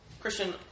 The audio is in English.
Christian